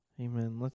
Amen